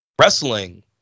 wrestling